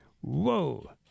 Whoa